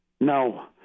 No